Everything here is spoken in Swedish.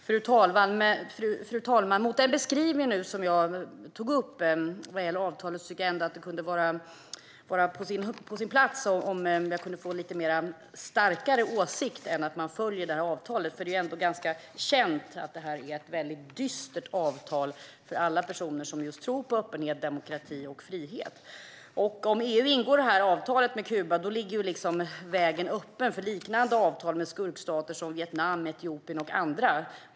Fru talman! Med tanke på den beskrivning som jag nu gjorde när det gäller avtalet tycker jag ändå att det kunde vara på sin plats att jag får en lite starkare åsikt än att man följer detta avtal. Det är ändå ganska känt att detta är ett mycket dystert avtal för alla personer som tror på öppenhet, demokrati och frihet. Om EU ingår detta avtal med Kuba ligger vägen öppen för liknande avtal med skurkstater som Vietnam, Etiopien och andra.